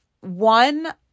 one